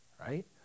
Right